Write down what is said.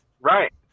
Right